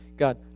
God